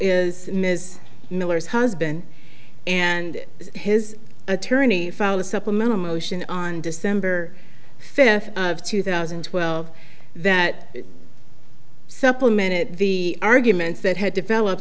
is ms miller's husband and his attorney filed a supplemental motion on december fifth of two thousand and twelve that supplemented the arguments that had developed